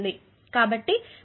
కాబట్టి ఇది ప్రాథమికంగా V1 2 3